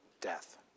death